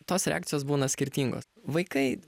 tos reakcijos būna skirtingos vaikai